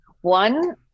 One